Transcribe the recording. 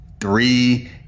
Three